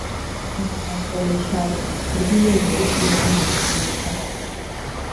simonos valeišaitės studija jau yra mokslinis darbas